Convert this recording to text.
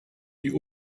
die